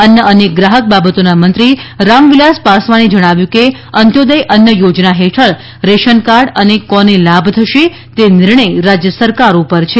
અન્ન અને ગ્રાહક બાબતોના મંત્રી રામ વિલાસ પાસવાને જણાવ્યું કે અંત્યોદય અન્ન યોજના હેઠળ રેશનકાર્ડ અને કોને લાભ થશે તે નિર્ણય રાજ્ય સરકારો પર છે